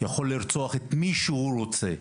ויכול לרצוח את מי שהוא רוצה,